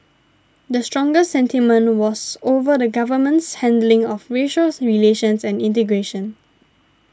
the strongest sentiment was over the Government's handling of racial relations and integration